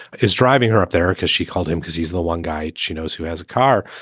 is driving her up there because she called him because he's the one guy she knows who has a car.